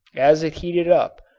as it heated up,